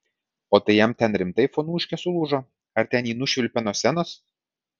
o tai jam ten rimtai fonuškė sulūžo ar ten jį nušvilpė nuo scenos